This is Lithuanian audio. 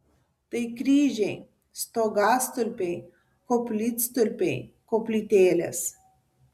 tai kryžiai stogastulpiai koplytstulpiai koplytėlės